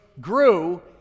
grew